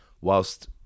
whilst